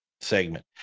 segment